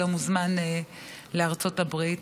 לא מוזמן לארצות הברית,